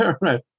right